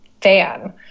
fan